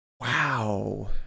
Wow